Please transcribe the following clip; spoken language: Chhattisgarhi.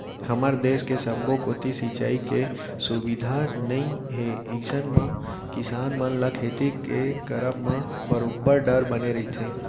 हमर देस के सब्बो कोती सिंचाई के सुबिधा नइ ए अइसन म किसान मन ल खेती के करब म बरोबर डर बने रहिथे